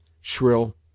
Shrill